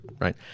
Right